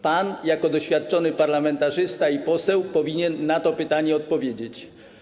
Pan jako doświadczony parlamentarzysta, poseł, powinien na to pytanie odpowiedzieć.